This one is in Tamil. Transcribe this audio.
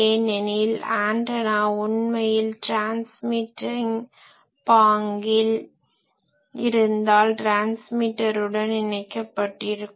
ஏனெனில் ஆன்டனா உண்மையில் ட்ரான்ஸ்மிட்டிங் பாங்கில் transmitting mode அலை அனுப்பும் பாங்கு இருந்தால் ட்ரான்ஸ்மிட்டருடன் இணைக்கப்பட்டிருக்கும்